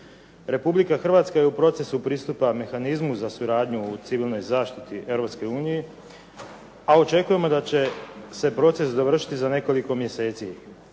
Republika Hrvatska je u procesu pristupa mehanizmu za suradnju u civilnoj zaštiti Europske unije, a očekujemo da će se proces završiti za nekoliko mjeseci,